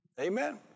Amen